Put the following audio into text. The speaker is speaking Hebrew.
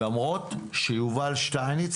למרות שיובל שטייניץ,